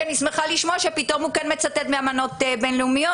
שאני שמחה לשמוע שפתאום הוא כן מצטט מאמנות בינלאומיות,